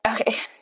okay